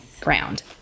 ground